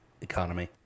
economy